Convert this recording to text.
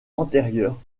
antérieurs